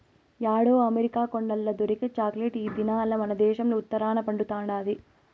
యాడో అమెరికా కొండల్ల దొరికే చాక్లెట్ ఈ దినాల్ల మనదేశంల ఉత్తరాన పండతండాది